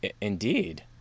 indeed